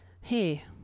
Hey